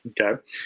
Okay